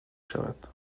شوند